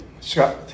Scott